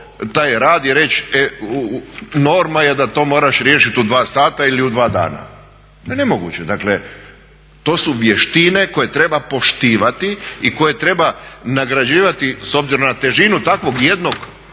taj rad i reći e norma je da to moraš riješiti u dva sata ili u dva dana, to je nemoguće. Dakle to su vještine koje treba poštivati i koje treba nagrađivati s obzirom na težinu takvog jednog